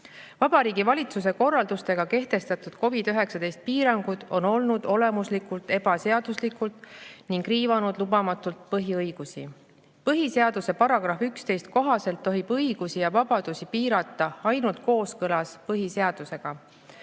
Vabariigi Valitsuse korraldustega kehtestatud COVID-19 piirangud on olnud olemuslikult ebaseaduslikud ning riivanud lubamatult põhiõigusi. Põhiseaduse § 11 kohaselt tohib õigusi ja vabadusi piirata ainult kooskõlas põhiseadusega.